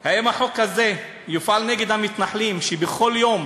האם החוק הזה יופעל נגד המתנחלים שבכל יום